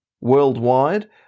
worldwide